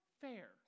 fair